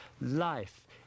life